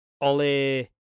Oli